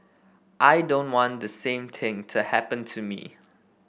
I don't want the same thing to happen to me